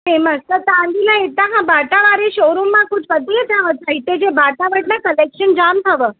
famous त तव्हांजे लाइ हितां खां बाटा वारे शो रूम मां कुझु वठी अचां छा हितेजा बाटा वटि न कलेक्शन जाम अथव